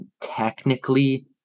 technically